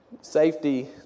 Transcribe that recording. Safety